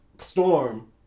storm